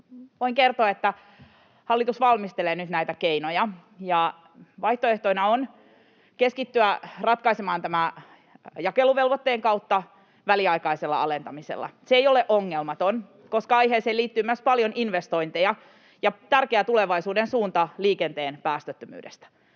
voin kertoa, että hallitus valmistelee nyt näitä keinoja. Yhtenä vaihtoehtona on keskittyä ratkaisemaan tämä jakeluvelvoitteen kautta väliaikaisella alentamisella. Se ei ole ongelmaton, koska aiheeseen liittyy myös paljon investointeja ja tärkeä tulevaisuuden suunta liikenteen päästöttömyydestä.